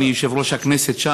אדוני יושב-ראש הכנסת,